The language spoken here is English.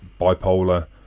bipolar